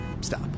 stop